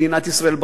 מדינת ישראל,